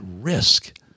risk